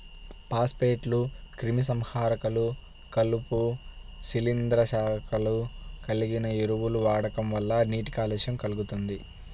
ఫాస్ఫేట్లు, క్రిమిసంహారకాలు, కలుపు, శిలీంద్రనాశకాలు కలిగిన ఎరువుల వాడకం వల్ల నీటి కాలుష్యం కల్గుతుంది